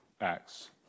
Acts